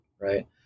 right